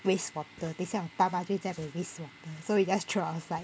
waste water 等一下我爸爸就会在那边 waste water so we just throw outside